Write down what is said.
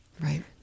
Right